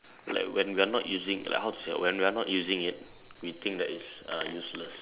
like when we are not using like how to say ah when we are not using it we think that it's uh useless